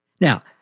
Now